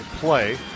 play